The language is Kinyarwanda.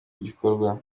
gikorwa